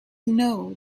know